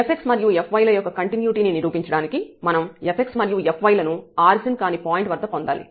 fx మరియు fy ల యొక్క కంటిన్యుటీ ని నిరూపించడానికి మనం fx మరియు fy లను ఆరిజిన్ కాని పాయింట్ వద్ద పొందాలి